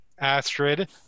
Astrid